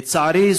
לצערי,